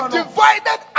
divided